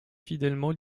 fidèlement